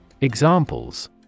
Examples